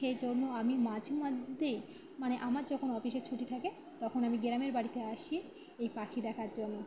সেই জন্য আমি মাঝেমধ্যেই মানে আমার যখন অফিসের ছুটি থাকে তখন আমি গ্রামের বাড়িতে আসি এই পাখি দেখার জন্য